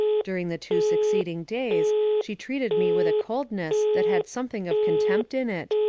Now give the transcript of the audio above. during the two succeeding days, she treated me with a coldness that had something of contempt in it,